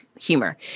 humor